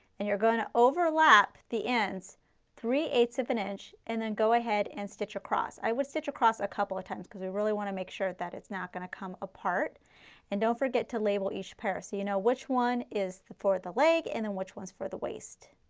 and you are going to overlap the ends three eight ths of an inch and then go ahead and stitch across, i would stitch across a couple of times, because i really want to make sure that it's not going to come apart and don't forget to label each pairs. you know which one is for the leg and then which one is for the waist.